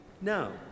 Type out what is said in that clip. No